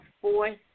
fourth